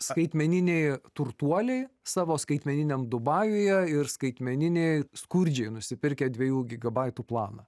skaitmeniniai turtuoliai savo skaitmeniniam dubajuje ir skaitmeniniai skurdžiai nusipirkę dviejų gigabaitų planą